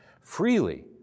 freely